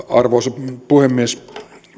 arvoisa puhemies